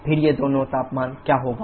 फिर ये दोनों तापमान क्या होंगे